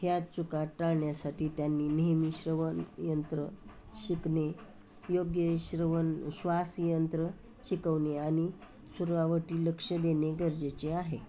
ह्या चुका टाळण्यासाठी त्यांनी नेहमी श्रवणयंत्र शिकणे योग्य श्रवण श्वास यंत्र शिकवणे आणि सुरावटी लक्ष देणे गरजेचे आहे